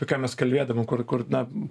apie ką mes kalbėdami kur kur na